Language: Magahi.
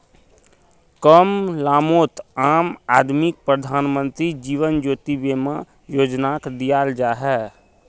कम दामोत आम आदमीक प्रधानमंत्री जीवन ज्योति बीमा योजनाक दियाल जाहा